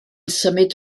symud